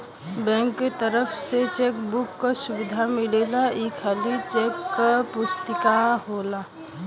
bank क तरफ से चेक बुक क सुविधा मिलेला ई खाली चेक क पुस्तिका होला